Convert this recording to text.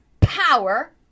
power